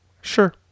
Sure